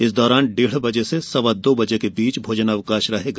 इस दौरान डेढ़ बजे से सवा दो बजे के बीच भोजनावकाश रहेगा